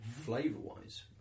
flavor-wise